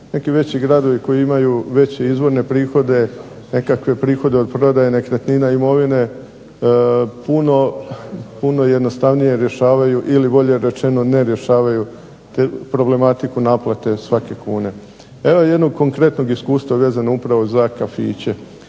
Neki veći gradovi koji imaju veće izvorne prihode, nekakve prihode od prodaje nekretnina imovine, puno jednostavnije rješavaju ili bolje rečeno ne rješavaju tu problematiku naplate svake kune. Evo jednog konkretnog iskustva vezano upravo za kafiće.